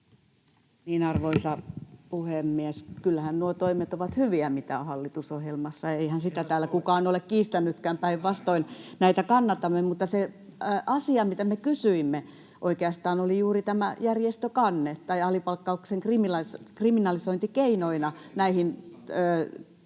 Arvoisa puhemies! Kyllähän nuo toimet ovat hyviä, joita on hallitusohjelmassa. Eihän sitä täällä kukaan ole kiistänytkään, päinvastoin näitä kannatamme. [Juho Eerola: Onko väärin sammutettu?] Mutta se asia, mitä me kysyimme, oikeastaan oli juuri tämä järjestökanne tai alipalkkauksen kriminalisointi keinona näihin päämääriin